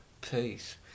peace